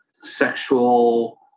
sexual